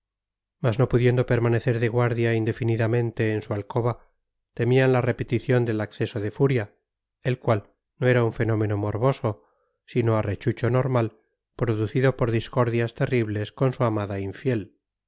mas no pudiendo permanecer de guardia indefinidamente en su alcoba temían la repetición del acceso de furia el cual no era un fenómeno morboso sino arrechucho normal producido por discordias terribles con su amada infiel